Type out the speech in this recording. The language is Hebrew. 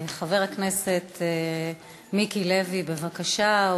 חבר הכנסת מיקי לוי, בבקשה.